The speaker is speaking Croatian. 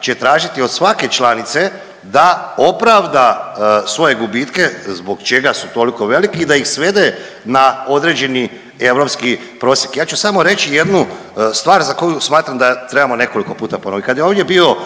će tražiti od svake članice da opravda svoje gubitke zbog čega su toliko veliki i da ih svede na određeni europski prosjek. Ja ću samo reći jednu stvar za koju smatram da trebamo nekoliko puta ponoviti. Kad je ovdje bio